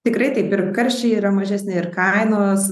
tikrai taip ir karščiai yra mažesni ir kainos